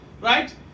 right